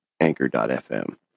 Anchor.fm